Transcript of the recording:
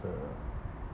the